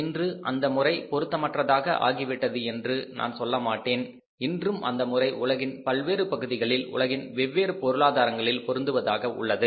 இன்று அந்த முறை பொருத்தமற்றதாக ஆகிவிட்டது என்று நான் சொல்ல மாட்டேன் இன்றும் அந்த முறை உலகின் பல்வேறு பகுதிகளில் உலகின் வெவ்வேறு பொருளாதாரங்களில் பொருந்துவதாக உள்ளது